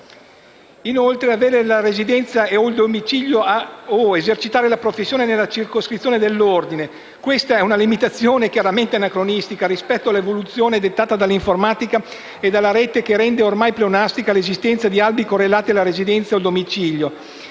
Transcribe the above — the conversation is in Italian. avere la residenza e/o il domicilio o esercitare la professione nella circoscrizione dell'Ordine. Questa è una limitazione chiaramente anacronistica rispetto all'evoluzione dettata dall'informatica e dalla rete, che rende ormai pleonastica l'esistenza di albi correlati alla residenza o al domicilio.